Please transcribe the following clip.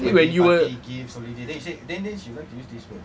when you were